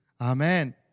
Amen